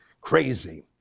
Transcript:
crazy